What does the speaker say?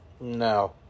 No